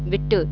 விட்டு